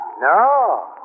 No